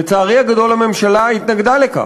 לצערי הגדול הממשלה התנגדה לכך,